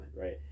right